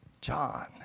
John